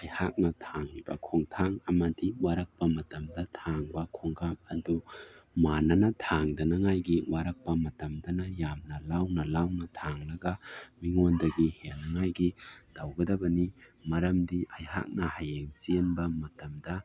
ꯑꯩꯍꯥꯛꯅ ꯊꯥꯡꯂꯤꯕ ꯈꯣꯡꯊꯥꯡ ꯑꯃꯗꯤ ꯋꯥꯔꯛꯄ ꯃꯇꯝꯗ ꯊꯥꯡꯕ ꯈꯣꯡ ꯀꯥꯞ ꯑꯗꯨ ꯃꯥꯟꯅꯅ ꯊꯥꯡꯗꯅꯉꯥꯏꯒꯤ ꯋꯥꯔꯛꯄ ꯃꯇꯝꯗꯅ ꯌꯥꯝꯅ ꯂꯥꯎꯅ ꯂꯥꯎꯅ ꯊꯥꯡꯂꯒ ꯃꯤꯉꯣꯟꯗꯒꯤ ꯍꯦꯟꯅꯉꯥꯏꯒꯤ ꯇꯧꯒꯗꯕꯅꯤ ꯃꯔꯝꯗꯤ ꯑꯩꯍꯥꯛꯅ ꯍꯌꯦꯡ ꯆꯦꯟꯕ ꯃꯇꯝꯗ